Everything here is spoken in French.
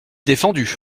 défendu